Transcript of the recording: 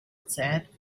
said